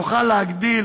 נוכל להגדיל